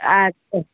ଆଚ୍ଛା